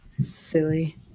Silly